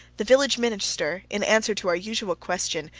the village minister, in answer to our usual question,